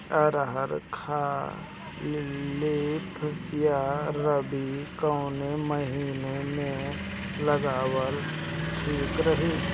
अरहर खरीफ या रबी कवने महीना में लगावल ठीक रही?